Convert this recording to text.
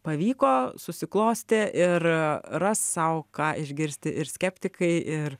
pavyko susiklostė ir ras sau ką išgirsti ir skeptikai ir